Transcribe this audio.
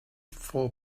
for